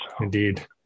Indeed